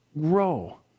grow